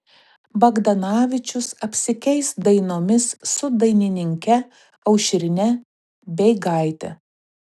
bagdanavičius apsikeis dainomis su dainininke aušrine beigaite